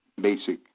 basic